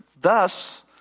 thus